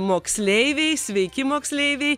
moksleiviai sveiki moksleiviai